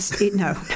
no